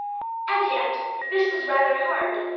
and yet this was rather hard,